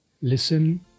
Listen